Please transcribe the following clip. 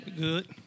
Good